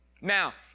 Now